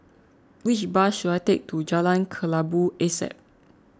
which bus should I take to Jalan Kelabu Asap